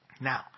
now